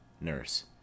Nurse